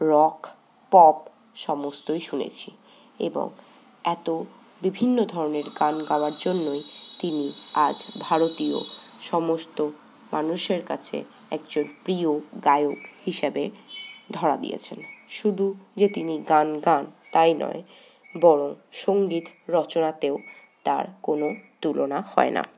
rock pop সমস্তই শুনেছি এবং এত বিভিন্ন ধরনের গান গাওয়ার জন্যই তিনি আজ ভারতীয় সমস্ত মানুষের কাছে একজন প্রিয় গায়ক হিসাবে ধরা দিয়েছেন শুধু যে তিনি গান গান তাই নয় বড়ো সঙ্গীত রচনাতেও তার কোনো তুলনা হয় না